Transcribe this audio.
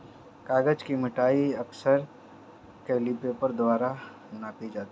कागज की मोटाई अक्सर कैलीपर द्वारा मापी जाती है